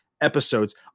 episodes